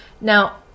Now